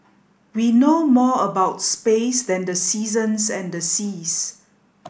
we know more about space than the seasons and the seas